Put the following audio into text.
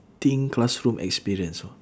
~ting classroom experience